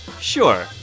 sure